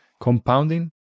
compounding